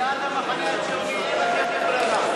סיעת המחנה הציוני, אין לכם ברירה.